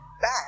back